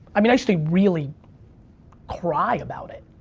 i mean, i used to really cry about it.